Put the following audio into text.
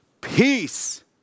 Peace